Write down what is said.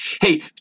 Hey